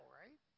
right